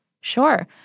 Sure